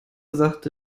sachte